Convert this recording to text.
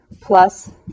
plus